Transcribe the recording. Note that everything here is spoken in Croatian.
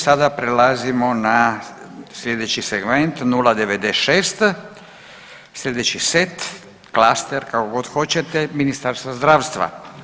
Sada prelazimo na sljedeći segment 096, sljedeći set, klaster kako god hoćete Ministarstva zdravstva.